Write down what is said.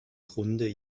grunde